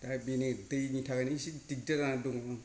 दा बेनो दैनि थाखायनो एसे दिगदार जानानै दङ